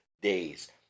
days